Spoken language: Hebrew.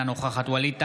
אינה נוכחת ווליד טאהא,